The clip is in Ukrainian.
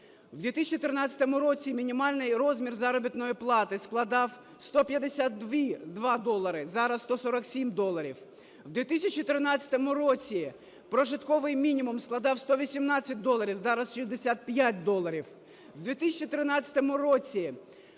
У 2013 році мінімальний розмір заробітної плати складав 152 долари, зараз – 147 доларів, у 2013 році прожитковий мінімум складав 118 доларів, зараз – 65 доларів,